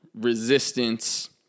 resistance